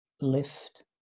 lift